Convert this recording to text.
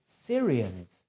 Syrians